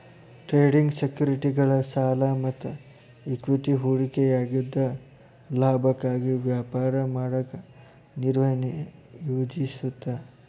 trading ಸೆಕ್ಯುರಿಟಿಗಳ ಸಾಲ ಮತ್ತ ಇಕ್ವಿಟಿ ಹೂಡಿಕೆಯಾಗಿದ್ದ ಲಾಭಕ್ಕಾಗಿ ವ್ಯಾಪಾರ ಮಾಡಕ ನಿರ್ವಹಣೆ ಯೋಜಿಸುತ್ತ